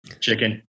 Chicken